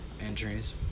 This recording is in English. Injuries